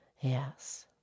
Yes